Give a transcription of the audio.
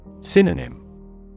Synonym